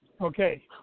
Okay